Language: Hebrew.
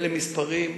אלה מספרים,